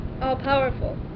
all-powerful